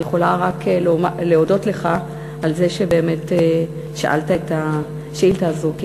אני יכולה רק להודות לך על זה ששאלת את השאילתה הזו,